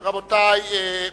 רבותי,